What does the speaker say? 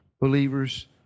believers